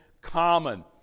common